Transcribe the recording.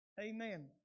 Amen